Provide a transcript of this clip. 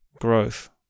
growth